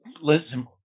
listen